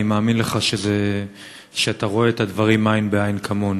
אני מאמין לך שאתה רואה את הדברים עין בעין אתנו.